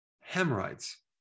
hemorrhoids